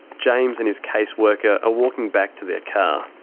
james and his case worker are walking back to their car.